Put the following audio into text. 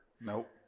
Nope